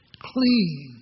clean